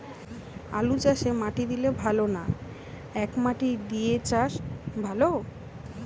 আলুচাষে মাটি দিলে ভালো না একমাটি দিয়ে চাষ ভালো?